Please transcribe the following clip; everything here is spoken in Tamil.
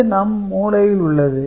இது நம் மூளையில் உள்ளது